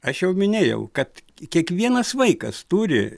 aš jau minėjau kad kiekvienas vaikas turi